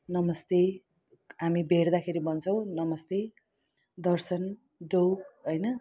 नमस्ते हामी भेट्दाखेरि भन्छौँ नमस्ते दर्शन ढोग होइन